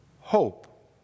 hope